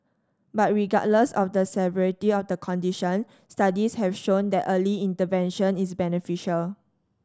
but regardless of the severity of the condition studies have shown that early intervention is beneficial